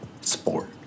sport